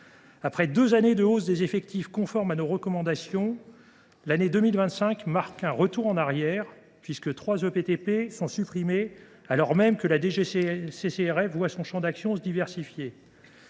Après deux années de hausse des effectifs conformes à nos recommandations, l’année 2025 marque un retour en arrière, puisque trois ETPT seront supprimés, alors même que le champ d’action de la DGCCRF se diversifie.